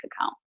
account